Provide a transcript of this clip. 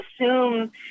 assume